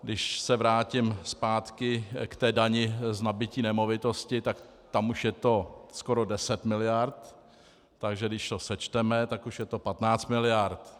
Když se vrátím zpátky k té dani z nabytí nemovitosti, tak tam už je to skoro deset miliard, takže když to sečteme, tak už je to 15 miliard.